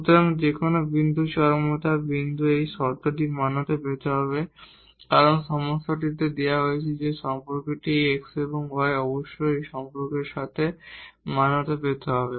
সুতরাং যে কোন বিন্দু চরমতার বিন্দু এই শর্তটি মান্যতা পেতে হবে কারণ সমস্যাটিতে দেওয়া হয়েছে যে সম্পর্কটি x এবং y অবশ্যই এই সম্পর্কের সাথে মান্যতা পেতে হবে